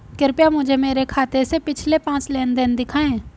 कृपया मुझे मेरे खाते से पिछले पांच लेनदेन दिखाएं